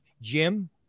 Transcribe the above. Jim